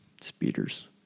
speeders